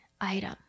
item